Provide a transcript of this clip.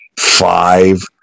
Five